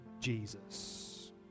Jesus